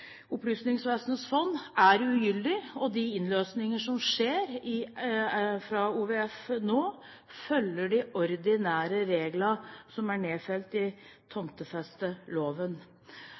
Opplysningsvesenets fond, og de innløsninger som skjer fra OVF nå, følger de ordinære reglene som er nedfelt i tomtefesteloven.